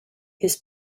his